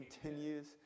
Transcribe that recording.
continues